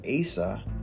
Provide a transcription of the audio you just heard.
Asa